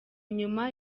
nyuma